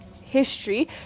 history